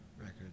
record